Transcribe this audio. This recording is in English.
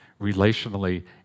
relationally